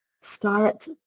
Start